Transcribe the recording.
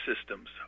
Systems